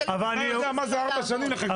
אתה יודע מה זה ארבע שנים לחכות לתשובה?